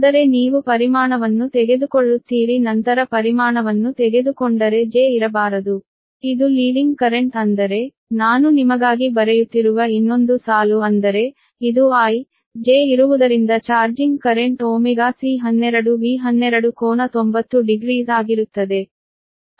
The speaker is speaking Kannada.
ಆದರೆ ನೀವು ಪರಿಮಾಣವನ್ನು ತೆಗೆದುಕೊಳ್ಳುತ್ತೀರಿ ನಂತರ ಪರಿಮಾಣವನ್ನು ತೆಗೆದುಕೊಂಡರೆ j ಇರಬಾರದು ಇದು ಲೀಡಿಂಗ್ ಕರೆಂಟ್ ಅಂದರೆ ನಾನು ನಿಮಗಾಗಿ ಬರೆಯುತ್ತಿರುವ ಇನ್ನೊಂದು ಸಾಲು ಅಂದರೆ ಇದು I j ಇರುವುದರಿಂದ ಚಾರ್ಜಿಂಗ್ ಕರೆಂಟ್ C12V12 ಕೋನ 90 degrees ಆಗಿರುತ್ತದೆ